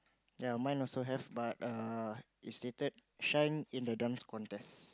ya mine also have but err it's stated shine in the Dance Contest